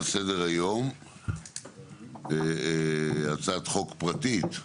על סדר היום הצעת חוק פרטית,